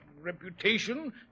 reputation